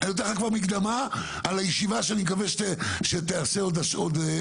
אני נותן לך כבר מקדמה על הישיבה שאני מקווה שתיעשה עוד היום/מחר,